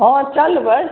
हँ चलबै